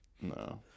No